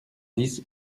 dix